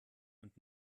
und